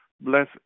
bless